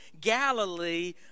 Galilee